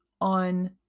on